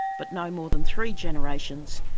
but no more than three generations,